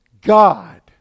God